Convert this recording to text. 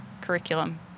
curriculum